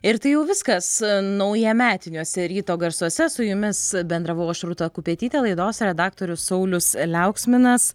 ir tai jau viskas naujametiniuose ryto garsuose su jumis bendravau aš rūta kupetytė laidos redaktorius saulius liauksminas